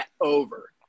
over